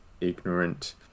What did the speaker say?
ignorant